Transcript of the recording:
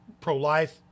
pro-life